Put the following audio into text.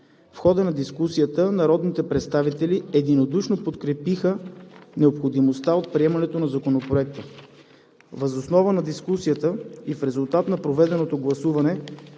В хода на дискусията народните представители единодушно подкрепиха необходимостта от приемането на Законопроекта. Въз основа на дискусията и в резултат на проведеното гласуване